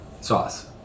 Sauce